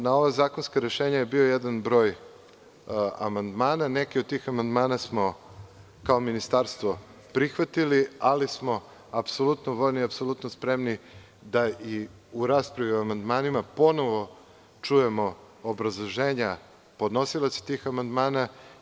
Na ova zakonska rešenja je bio jedan broj amandmana, neki od tih amandmana smo kao ministarstvo prihvatili, ali smo apsolutno voljni, apsolutno spremni da i u raspravi o amandmanima ponovo čujemo obrazloženja podnosilaca tih amandmana.